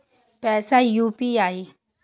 पैसा यू.पी.आई?